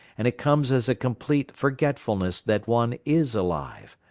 and it comes as a complete forgetfulness that one is alive.